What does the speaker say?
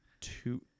two